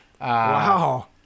Wow